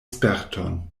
sperton